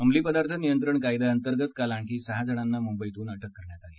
अंमली पदार्थ नियंत्रण कायद्यांतर्गत काल आणखी सहा जणांना मुंबईतून अटक करण्यात आली आहे